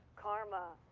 k'harma.